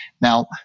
Now